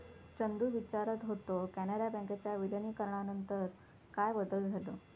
चंदू विचारत होतो, कॅनरा बँकेच्या विलीनीकरणानंतर काय बदल झालो?